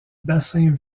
bassin